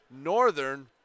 Northern